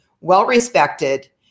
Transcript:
well-respected